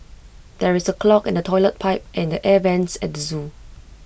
there is A clog in the Toilet Pipe and the air Vents at the Zoo